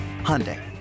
Hyundai